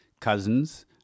cousins